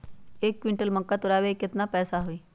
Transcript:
एक क्विंटल मक्का तुरावे के केतना पैसा होई?